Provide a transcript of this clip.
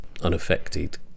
unaffected